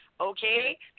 okay